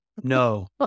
No